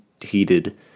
heated